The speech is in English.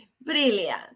Brilliant